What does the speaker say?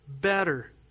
better